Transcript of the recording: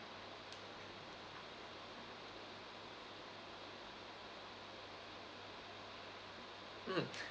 mm